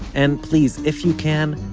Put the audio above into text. and please, if you can,